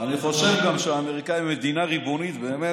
אני גם חושב שהאמריקאים הם מדינה ריבונית באמת,